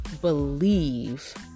believe